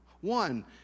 One